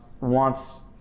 wants